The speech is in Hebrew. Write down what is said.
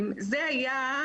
זה היה,